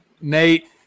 Nate